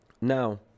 Now